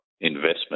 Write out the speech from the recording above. investment